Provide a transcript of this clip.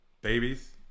babies